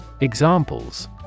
Examples